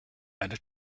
eine